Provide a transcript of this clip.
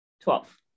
twelve